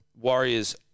Warriors